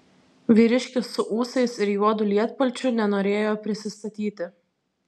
vyriškis su ūsais ir juodu lietpalčiu nenorėjo prisistatyti